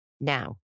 Now